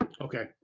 Okay